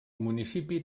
municipi